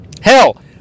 Hell